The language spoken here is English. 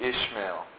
Ishmael